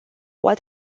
what